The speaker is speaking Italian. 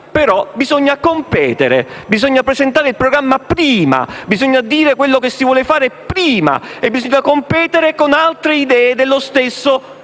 però competere. Bisogna presentare il programma prima e dire quello che si vuole fare prima. Bisogna competere con altre idee dello stesso tipo.